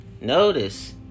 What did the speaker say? notice